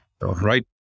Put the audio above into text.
right